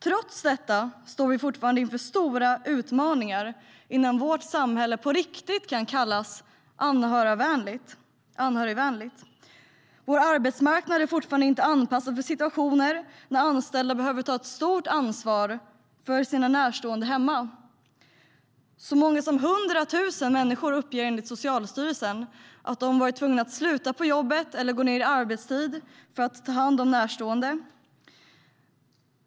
Trots det står vi fortfarande inför stora utmaningar innan vårt samhälle kan kallas anhörigvänligt på riktigt. Vår arbetsmarknad är fortfarande inte anpassad för situationer då anställda behöver ta ett stort ansvar för sina närstående hemma. Så många som 100 000 människor uppger enligt Socialstyrelsen att de har varit tvungna att sluta på jobbet eller gå ned i arbetstid för att ta hand om närstående.